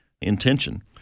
intention